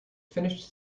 finished